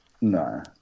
No